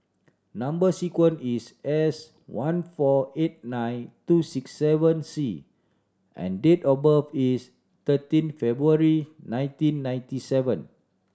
number sequence is S one four eight nine two six seven C and date of birth is thirteen February nineteen ninety seven